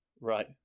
Right